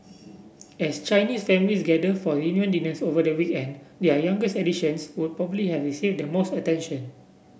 as Chinese families gathered for reunion dinners over the weekend their youngest additions would probably have received the most attention